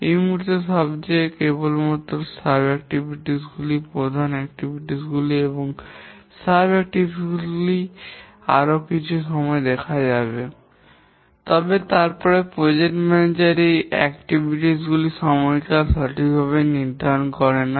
এই মুহুর্তে কেবলমাত্র উপ কার্যক্রম গুলি প্রধান কার্যক্রম গুলি এবং উপ কার্যক্রম গুলি আরও কিছু দেখায় তবে তারপরে প্রকল্প ম্যানেজার এই কার্যক্রম গুলির সময়কাল সঠিকভাবে নির্ধারণ করে না